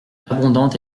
abondante